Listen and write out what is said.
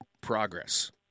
progress